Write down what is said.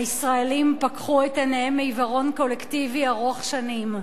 הישראלים פקחו את עיניהם מעיוורון קולקטיבי ארוך-שנים,